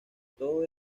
todo